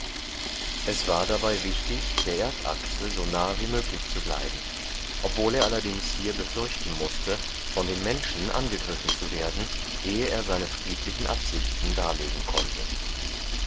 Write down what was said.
es war dabei wichtig der erdachse so nahe wie möglich zu bleiben obwohl er allerdings hier befürchten mußte von den menschen angegriffen zu werden ehe er seine friedlichen absichten darlegen konnte